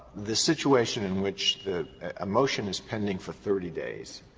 the situation in which the ah motion is pending for thirty days,